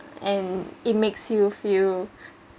and it makes you feel